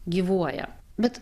gyvuoja bet